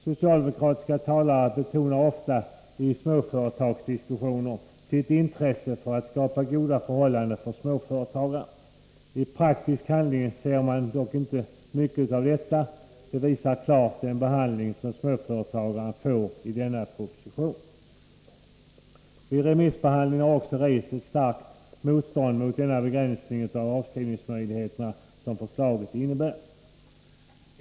Socialdemokratiska talare betonar ofta i småföretagsdiskussioner sitt intresse för att skapa goda förhållanden för småföretagarna. I praktisk handling ser man dock inte mycket av detta. Det visar klart den behandling småföretagarna får i denna proposition. Vid remissbehandlingen har också rests ett starkt motstånd mot den begränsning av avskrivningsmöjligheterna som förslaget innebär.